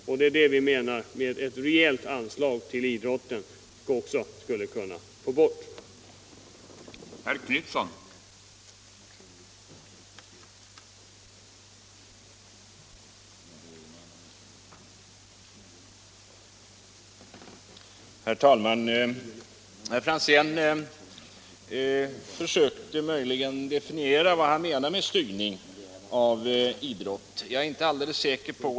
Vi anser att man med ett rejält stöd till idrotten skulle kunna få bort detta beroende.